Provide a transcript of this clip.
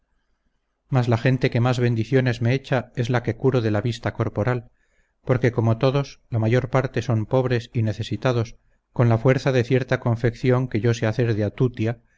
mas la gente que más bendiciones me echa es la que curo de la vista corporal porque como todos la mayor parte son pobres y necesitados con la fuerza de cierta confección que yo sé hacer de atútia y cardenillo